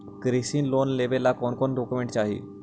कृषि लोन लेने ला कोन कोन डोकोमेंट चाही?